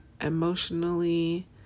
emotionally